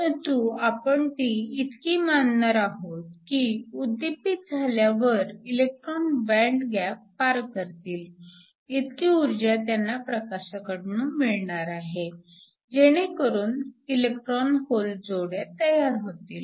परंतु आपण ती इतकी मानणार आहोत की उद्दीपित झाल्यावर इलेक्ट्रॉन बँड गॅप पार करतील इतकी ऊर्जा त्यांना प्रकाशाकडून मिळणार आहे जेणेकरून इलेक्ट्रॉन होल जोड्या तयार होतील